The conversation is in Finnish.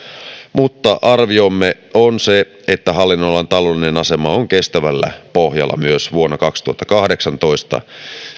mutta arviomme on se että hallinnonalan taloudellinen asema on kestävällä pohjalla myös vuonna kaksituhattakahdeksantoista